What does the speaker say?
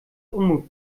unmut